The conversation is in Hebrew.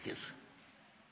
בכסף.